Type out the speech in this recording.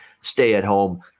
stay-at-home